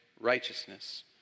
righteousness